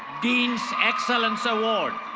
dean's excellence award.